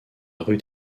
rue